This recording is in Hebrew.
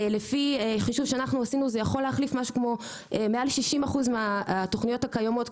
ולפי חישוב שעשינו זה יכול להחליף מעל 60% מהתוכניות הקיימות,